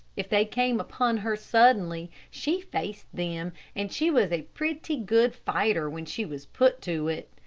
if they came upon her suddenly, she faced them, and she was a pretty good fighter when she was put to it.